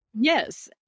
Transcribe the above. Yes